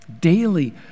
daily